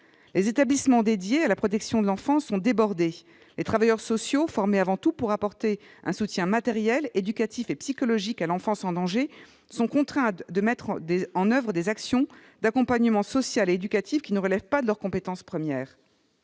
Les établissements dédiés à la protection de l'enfance sont débordés, les travailleurs sociaux, formés avant tout pour apporter un soutien matériel, éducatif et psychologique à l'enfance en danger, sont contraints de mettre en oeuvre des actions d'accompagnement social et éducatif qui ne relèvent pas de leur compétence première.